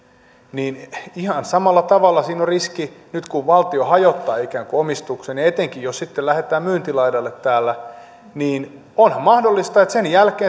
niin ihan samalla tavalla siinä on riski nyt kun valtio ikään kuin hajottaa omistuksen etenkin jos sitten lähdetään myyntilaidalle täällä että onhan mahdollista että sen jälkeen